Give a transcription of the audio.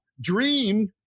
dream